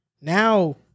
now